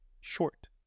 short